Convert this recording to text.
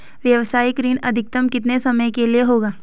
व्यावसायिक ऋण अधिकतम कितने समय के लिए होगा?